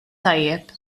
tajjeb